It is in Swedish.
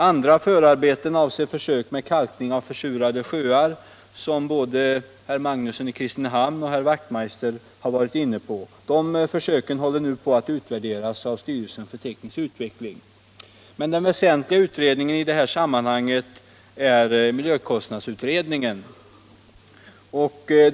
Andra förarbeten avser försök med kalkning av försurade sjöar, vilket både herr Magnusson i Kristinehamn och herr Wachtmeister i Johannishus har varit inne på. De försöken håller nu på att utvärderas av styrelsen för teknisk utveckling. Men den mest väsentliga utredningen i det här sammanhanget är miljökostnadsutredningen.